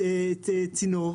צינור.